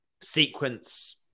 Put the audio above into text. sequence